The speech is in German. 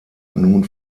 nun